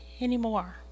anymore